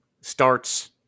starts